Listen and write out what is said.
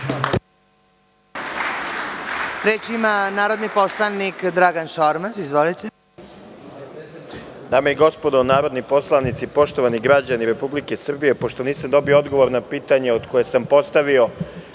Reč ima narodni poslanik Dragan Šormaz. Izvolite. **Dragan Šormaz** Dame i gospodo narodni poslanici, poštovani građani Republike Srbije, pošto nisam dobio odgovor na pitanje koje sam postavio